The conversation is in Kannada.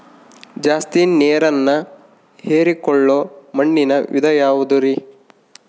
ಜಾಸ್ತಿ ನೇರನ್ನ ಹೇರಿಕೊಳ್ಳೊ ಮಣ್ಣಿನ ವಿಧ ಯಾವುದುರಿ?